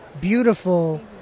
beautiful